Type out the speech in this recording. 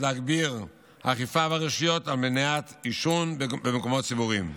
להגביר אכיפה ברשויות למניעת עישון במקומות ציבוריים.